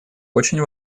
очень